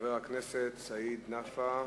חבר הכנסת סעיד נפאע,